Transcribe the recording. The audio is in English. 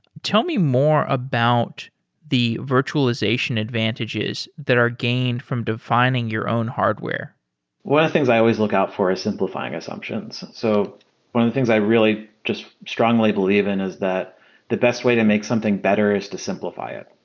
tell me more about the virtualization advantages that are gained from defining your own hardware one of the things i always look out for is simplifying assumptions. so one of the things i really just strongly believe in is that the best way to make something better is to simplify it.